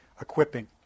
equipping